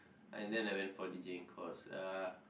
and then I went for deejaying course